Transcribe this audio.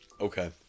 Okay